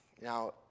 Now